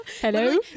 hello